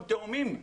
הם תאומים.